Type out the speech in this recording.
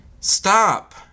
stop